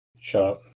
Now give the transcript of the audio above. Sure